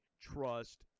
trust